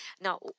now